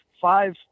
five